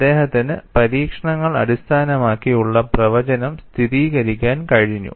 അദ്ദേഹത്തിന് പരീക്ഷണങ്ങൾ അടിസ്ഥാനമാക്കി ഉള്ള പ്രവചനം സ്ഥിരീകരിക്കാൻ കഴിഞ്ഞു